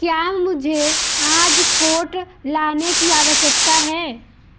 क्या मुझे आज कोट लाने की आवश्यकता है